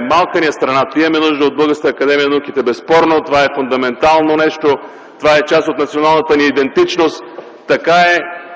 Малка ни е страната. Имаме нужда от Българската академия на науките. Безспорно това е фундаментално нещо. То е част от националната ни идентичност. Така е